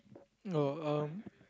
no uh